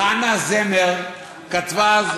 חנה זמר כתבה אז,